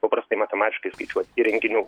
paprastai matematiškai išskaičiuot įrenginių